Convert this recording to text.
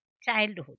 Childhood